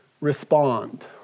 Respond